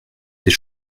des